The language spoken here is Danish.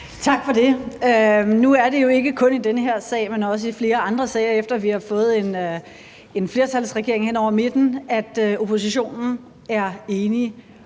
Tak for det. Nu er det jo ikke kun i den her sag, men også i flere andre sager, efter at vi har fået en flertalsregering hen over midten, at oppositionen er enig